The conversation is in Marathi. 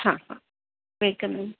हां हा वेलकम